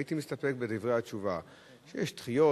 הייתי מסתפק בדברי התשובה שיש דחיות,